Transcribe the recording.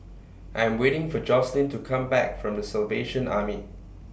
I Am waiting For Jocelynn to Come Back from The Salvation Army